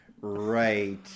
Right